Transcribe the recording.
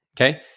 okay